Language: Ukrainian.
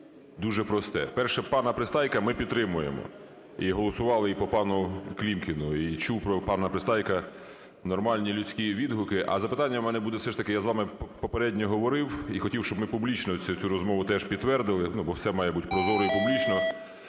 просте. Перше. Пана Пристайка ми підтримуємо і голосували і по пану Клімкіну. І чув про пана Пристайка нормальні людські відгуки. А запитання у мене буде, все ж таки я з вами попередньо говорив і хотів, щоб ми публічно цю розмову теж підтвердили, бо все має бути прозоро і публічно.